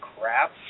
crap